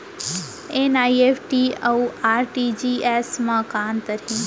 NEFT अऊ RTGS मा का अंतर हे?